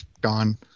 Gone